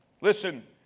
Listen